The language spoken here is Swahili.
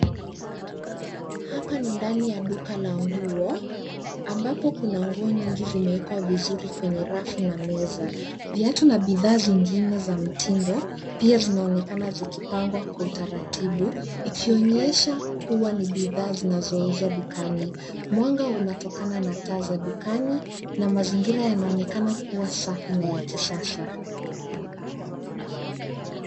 Hapa ni ndani ya duka la nguo ambapo kuna nguo nyingi zimewekwa vizuri kwenye rafu na meza . Viatu na bidhaa zingine za mtindo pia zinaonekana zikipangwa kwa utaratibu ikionyesha kuwa ni bidhaa zinazouzwa dukani. Mwanga unatokana na taa za dukani na mazingira yanaonekana kuwa safi na ya kisasa.